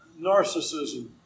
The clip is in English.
narcissism